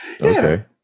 Okay